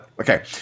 Okay